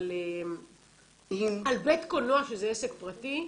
אבל על בית קולנוע שזה עסק פרטי?